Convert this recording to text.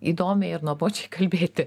įdomiai ir nuobodžiai kalbėti